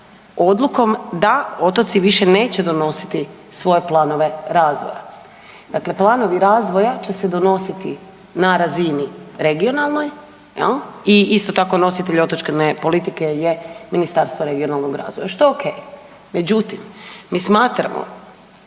odlukom da otoci više neće donositi svoje planove razvoja. Dakle, planovi razvoja će se donositi na razini regionalnoj jel i isto tako nositelj otočke politike je Ministarstvo regionalnog razvoja što je ok. Međutim, mi smatramo